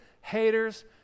haters